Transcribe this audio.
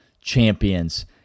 champions